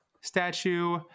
statue